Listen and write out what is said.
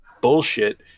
bullshit